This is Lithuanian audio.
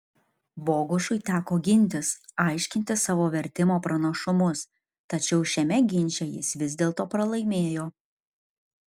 bogušui teko gintis aiškinti savo vertimo pranašumus tačiau šiame ginče jis vis dėlto pralaimėjo